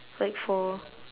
like for